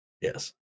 Yes